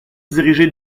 diriger